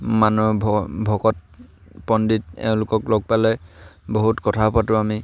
ভকত পণ্ডিত এওঁলোকক লগ পালে বহুত কথা পাতোঁ আমি